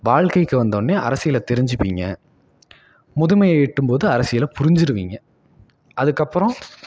வாழ்க்கைக்கு வந்தோவுன்னே அரசியலை தெரிஞ்சுப்பிங்க முதுமையை எட்டும்போது அரசியலை புரிஞ்சுருவீங்க அதுக்கப்புறம்